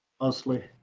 mostly